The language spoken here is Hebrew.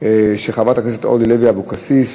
של חברת הכנסת אורלי לוי אבקסיס,